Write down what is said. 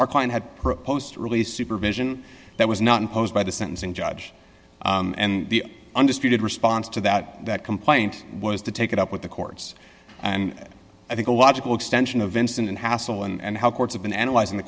our client had proposed a release supervision that was not imposed by the sentencing judge and the undisputed response to that that complaint was to take it up with the courts and i think a logical extension of instant and hassle and how courts have been analyzing the